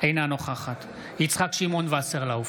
אינה נוכחת יצחק שמעון וסרלאוף,